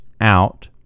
out